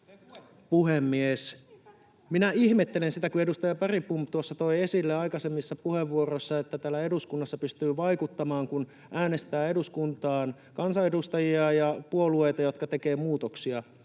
Puhemies! Minä ihmettelen sitä, kun edustaja Bergbom tuossa toi esille aikaisemmissa puheenvuoroissa, että täällä eduskunnassa pystyy vaikuttamaan, kun äänestää eduskuntaan kansanedustajia ja puolueita, jotka tekevät muutoksia.